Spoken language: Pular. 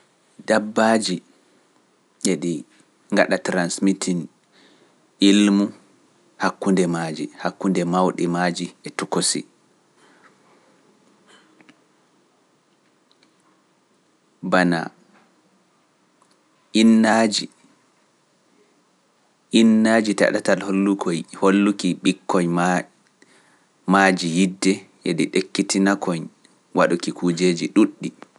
Dabbaaji heɗi ngaɗa transmitting ilmu hakkunde maaji, hakkunde mawɗi maaji e tokosi. Banaa innaaji Innaaji ta ɗatal holluki ɓikkoñ maaji yidde, e ɗi ekkitina koñ waɗuki kujeeji ɗuuɗɗi.